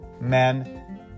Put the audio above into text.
men